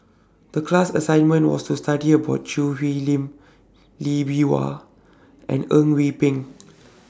The class assignment was to study about Choo Hwee Lim Lee Bee Wah and Eng We Peng